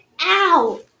Ow